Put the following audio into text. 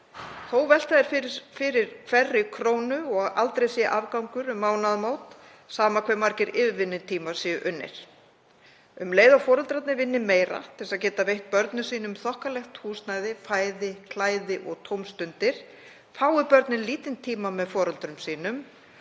Þó velti þær hverri krónu og aldrei sé afgangur um mánaðamót, sama hve margir yfirvinnutímar séu unnir. Um leið og foreldrarnir vinni meira til að geta veitt börnum sínum þokkalegt húsnæði, fæði, klæði og tómstundir, fái börnin lítinn tíma með foreldrum sínum